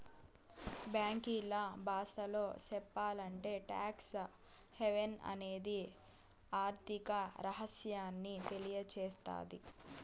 బ్యాంకీల బాసలో సెప్పాలంటే టాక్స్ హావెన్ అనేది ఆర్థిక రహస్యాన్ని తెలియసేత్తది